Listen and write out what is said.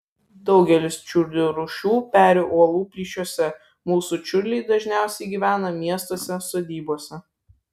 daugelis čiurlių rūšių peri uolų plyšiuose mūsų čiurliai dažniausiai gyvena miestuose sodybose